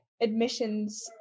admissions